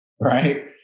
right